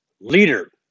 leader